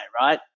right